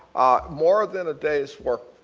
more than a day's worth.